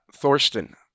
Thorsten